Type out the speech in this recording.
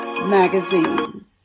Magazine